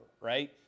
right